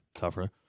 tougher